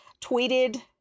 tweeted